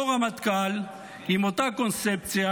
אותו רמטכ"ל עם אותה קונספציה,